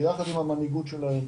ביחד עם המנהיגות שלהם,